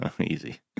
Easy